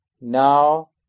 now